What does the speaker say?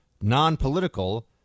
non-political